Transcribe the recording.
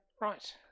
Right